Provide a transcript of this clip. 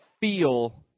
feel